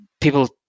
people